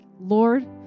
Lord